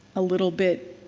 a little bit